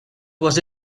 was